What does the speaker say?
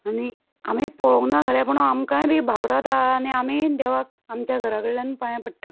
आनी आमी पळोंक ना खरें पूण आमकांय बी भावार्थ आसा आनी आमीय देवाक आमच्या घरा कडल्यान पांयां पडटा